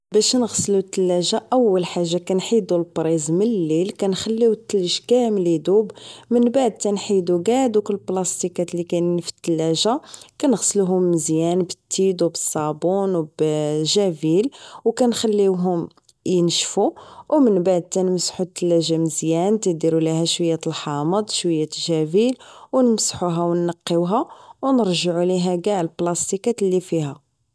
باش نغسلو التلاجة اول حاجة كنحيدو البريز من الليل كنخليو التلج كامل ادوب من بعد تنحيدو كاع دوك بلاستيكات اللي كاينين فالتلاجة نغسلوهم مزيان بالتيد و بالصابون و بجافيل و كنخليوهم انشفو و من بعد تنمسحو التلاجة مزيان تنديرولها شوية الحامض و شوية جافيل و نمسحوها و نقيوها و نرجعو ليها كاع البلاستيكات اللي فيها